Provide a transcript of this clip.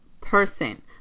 person